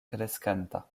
kreskanta